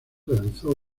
realizó